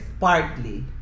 partly